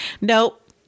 Nope